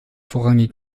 vorrangig